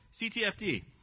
CTFD